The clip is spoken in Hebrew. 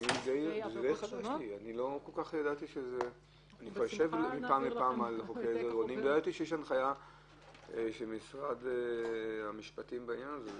-- לא ידעתי שיש הנחיה של משרד המשפטים בעניין הזה.